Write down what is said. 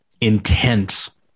intense